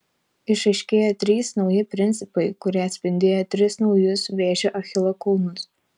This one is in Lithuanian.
išaiškėjo trys nauji principai kurie atspindėjo tris naujus vėžio achilo kulnus